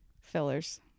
fillers